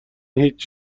هیچ